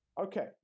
Okay